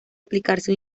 aplicarse